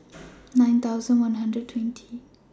nine thousand one hundred twenty